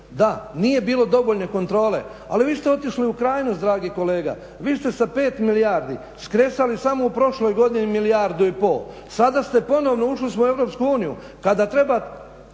Da, nije bilo dovoljne kontrole, ali vi ste otišli u krajnost dragi kolega. Vi ste sa 5 milijardi skresali samo u prošloj godini milijardu i pol. Sada ste ponovno, ušli smo u Europsku